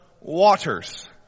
waters